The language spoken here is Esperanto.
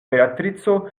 beatrico